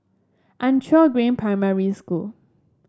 Anchor Green Primary School